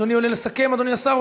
אדוני השר עולה לסכם או מצביעים?